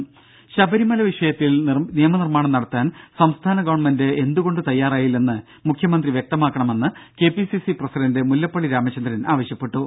രുഭ ശബരിമല വിഷയത്തിൽ നിയമനിർമാണം നടത്താൻ സംസ്ഥാന ഗവണ്മെന്റ് എന്തുകൊണ്ട് തയ്യാറായില്ലെന്ന് മുഖ്യമന്ത്രി വ്യക്തമാക്കണമെന്ന് K P C C president Mullappally Ramachandran ആവശ്യപ്പെട്ടു